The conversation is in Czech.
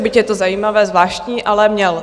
Byť je to zajímavé, zvláštní, ale měl.